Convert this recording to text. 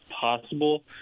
possible